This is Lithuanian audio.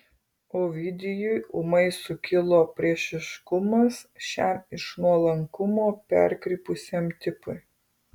ovidijui ūmai sukilo priešiškumas šiam iš nuolankumo perkrypusiam tipui